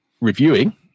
reviewing